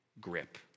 grip